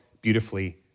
Beautifully